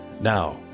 Now